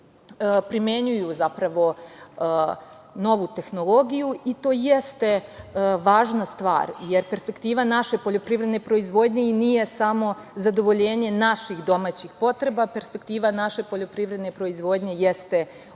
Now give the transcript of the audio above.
primenjuju novu tehnologiju i to jeste važna stvar, jer perspektiva naše poljoprivredne proizvodnje i nije samo zadovoljenje naših domaćih potreba, perspektiva naše poljoprivredne proizvodnje jeste upravo